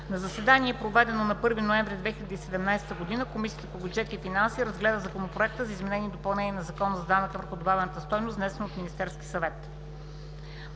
На заседание, проведено на 1 ноември 2017 г., Комисията по бюджет и финанси разгледа Законопроекта за изменение и допълнение на Закона за данък върху добавената стойност, внесен от Министерския съвет.